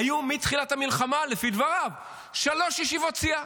היו מתחילת המלחמה, לפי דבריו, שלוש ישיבות סיעה.